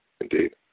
indeed